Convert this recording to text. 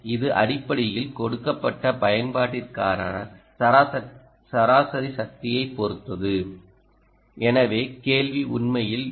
இது அடிப்படையில் கொடுக்கப்பட்ட பயன்பாட்டிற்கான சராசரி சக்தியைப் பொறுத்தது எனவே கேள்வி உண்மையில் dT